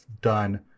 done